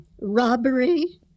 robbery